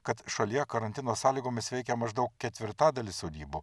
kad šalyje karantino sąlygomis veikia maždaug ketvirtadalis sodybų